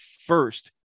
first